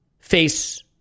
face